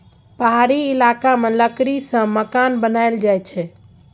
पहाड़ी इलाका मे लकड़ी सँ मकान बनाएल जाई छै